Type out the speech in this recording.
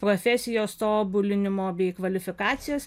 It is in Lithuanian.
profesijos tobulinimo bei kvalifikacijos